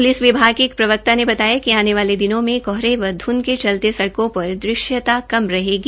police विभाग के प्रवक्ता ने बताया कि आने वाले दिनों में कोहरे व ध्ंध के चलते सड़कों पर दृश्यता कम रहेगी